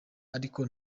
ariko